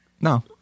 No